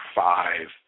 five